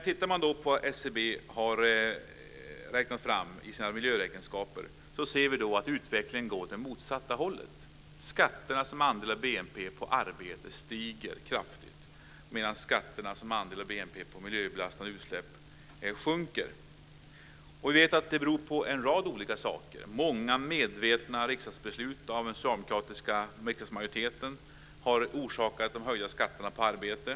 Tittar man på vad SCB har räknat fram i sina miljöräkenskaper ser vi att utvecklingen går åt det motsatta håller. Skatterna på arbete som andel av BNP stiger kraftigt medan skatterna på miljöbelastande utsläpp sjunker som andel av BNP. Vi vet att det beror på en rad olika saker. Många medvetna riksdagsbeslut av den socialdemokratiska riksdagsmajoriteten har orsakat de höjda skatterna på arbete.